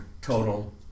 total